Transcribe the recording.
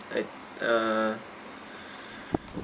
I'd uh